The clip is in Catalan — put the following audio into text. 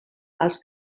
els